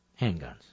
Handguns